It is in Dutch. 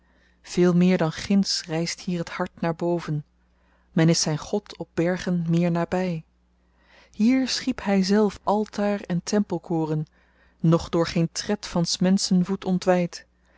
veel meer dan ginds rijst hier het hart naar boven men is zijn god op bergen meer nabij hier schiep hijzelf altaar en tempelkoren nog door geen tred van s menschen voet ontwijd